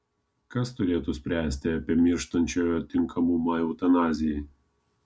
kas turėtų spręsti apie mirštančiojo tinkamumą eutanazijai